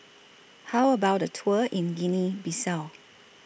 How about A Tour in Guinea Bissau